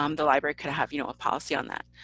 um the library could have you know a policy on that.